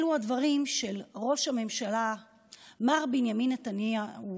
אלו הדברים של ראש הממשלה מר בנימין נתניהו,